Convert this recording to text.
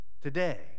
Today